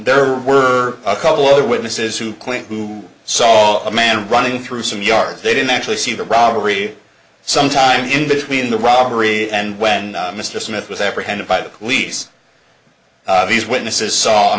there were a couple other witnesses who claim who saw a man running through some yards they didn't actually see the robbery some time in between the robbery and when mr smith was apprehended by the police these witnesses saw a